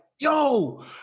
Yo